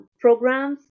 programs